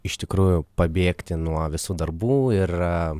iš tikrųjų pabėgti nuo visų darbų ir